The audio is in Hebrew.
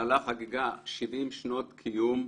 70 שנות קיום.